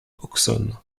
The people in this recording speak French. auxonne